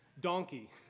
donkey